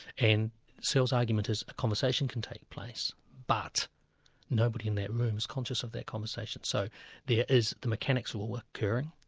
and searle's argument is a conversation can take place, but nobody in that room's conscious of that conversation. so there is the mechanics of a work occurring,